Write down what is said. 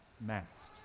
masks